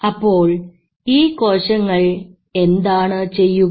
അപ്പോൾ ഈ കോശങ്ങൾ എന്താണ് ചെയ്യുക